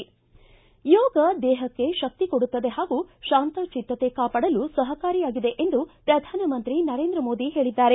ಯೋಗ ದೇಹಕ್ಕೆ ಶಕ್ಷಿ ಕೊಡುತ್ತದೆ ಹಾಗೂ ಶಾಂತಚಿತ್ತತ ಕಾಪಾಡಲು ಸಹಕಾರಿಯಾಗಿದೆ ಎಂದು ಪ್ರಧಾನಮಂತ್ರಿ ನರೇಂದ್ರ ಮೋದಿ ಹೇಳಿದ್ದಾರೆ